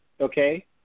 Okay